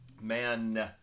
Man